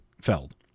Feld